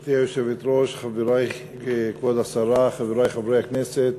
גברתי היושבת-ראש, כבוד השרה, חברי חברי הכנסת,